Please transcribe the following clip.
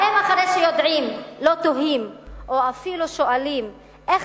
האם אחרי שיודעים לא תוהים או אפילו שואלים איך